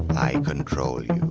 i control you.